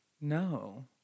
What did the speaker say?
No